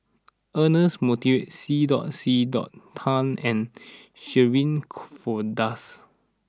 Ernest Monteiro C dot C dot Tan and Shirin Fozdars